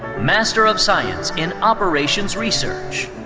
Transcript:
master of science in operations research.